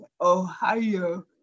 Ohio